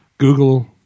Google